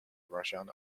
russian